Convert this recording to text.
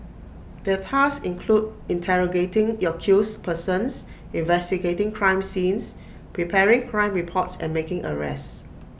their tasks included interrogating accused persons investigating crime scenes preparing crime reports and making arrests